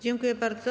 Dziękuję bardzo.